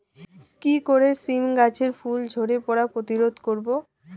কি করে সীম গাছের ফুল ঝরে পড়া প্রতিরোধ করব?